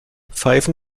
pfeifen